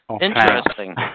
Interesting